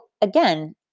again